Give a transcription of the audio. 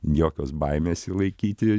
jokios baimės jį laikyti